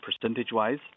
percentage-wise